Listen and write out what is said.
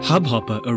Hubhopper